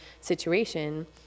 situation